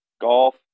golf